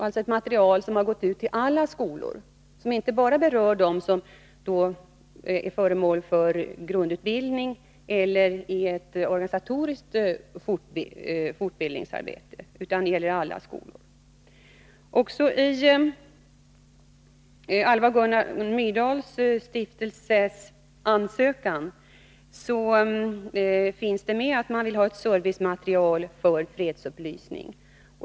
Det är ett material som har gått ut till alla skolor och som inte bara berör dem som är föremål för grundutbildning eller ett organisatoriskt fortbildningsarbete. Också i ansökan från Alva och Gunnar Myrdals stiftelse anges att man vill ha ett servicematerial för fredsupplysning.